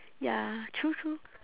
ya true true